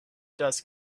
dust